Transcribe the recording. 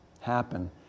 happen